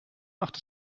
macht